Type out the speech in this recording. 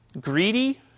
Greedy